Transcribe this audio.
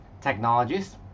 Technologies